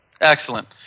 Excellent